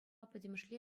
пӗтӗмӗшле